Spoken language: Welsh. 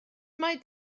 mae